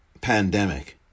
pandemic